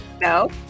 no